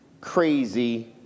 crazy